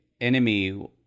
enemy